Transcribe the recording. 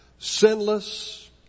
Sinless